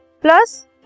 plus